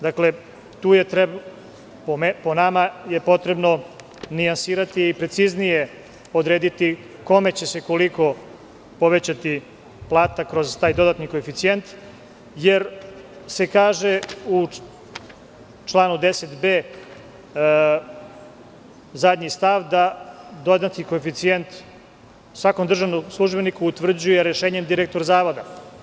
Dakle, po nama je potrebno nijansirati i preciznije odrediti kome će se koliko povećati plata kroz taj dodatni koeficijent, jer se kaže u članu 10b, zadnji stav, da dodatni koeficijent svakom državnom službeniku utvrđuje rešenjem direktora Zavoda.